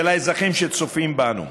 והאזרחים שצופים בנו,